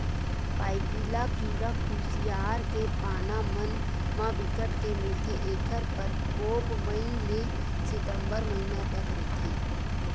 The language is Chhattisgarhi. पाइपिला कीरा कुसियार के पाना मन म बिकट के मिलथे ऐखर परकोप मई ले सितंबर महिना तक रहिथे